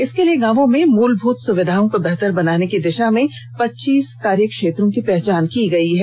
इसके लिए गांवों में मूलभूत सुविधाओं को बेहतर बनाने की दिशा में पच्चीस कार्य क्षेत्रों की पहचान की गई है